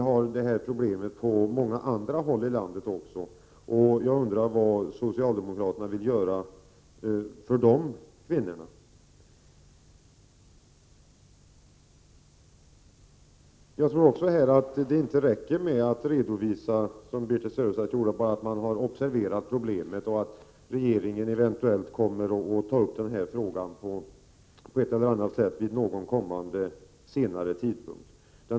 Problemet finns på många andra håll i landet också, och jag undrar vad socialdemokraterna vill göra för de kvinnorna. Det räcker inte med att redovisa, som Birthe Sörestedt gör, att man har observerat problemet och att regeringen eventuellt kommer att ta upp frågan på ett eller annat sätt vid någon senare tidpunkt.